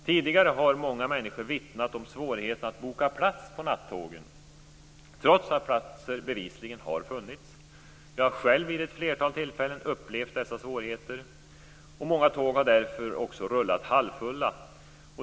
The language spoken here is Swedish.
Tidigare har många människor vittnat om svårigheten att boka plats på nattågen, trots att platser bevisligen har funnits. Jag har själv vid ett flertal tillfällen upplevt dessa svårigheter. Många tåg har därför också rullat halvfulla.